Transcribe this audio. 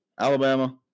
Alabama